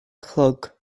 chlog